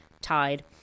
tied